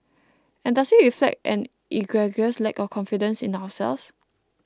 and does it reflect an egregious lack of confidence in ourselves